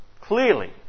Clearly